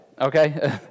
okay